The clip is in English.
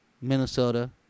Minnesota